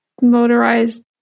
motorized